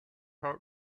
heart